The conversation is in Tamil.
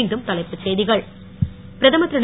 மீண்டும் தலைப்புச் செய்திகள் பிரதமர் திரு